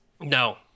No